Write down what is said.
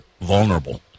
vulnerable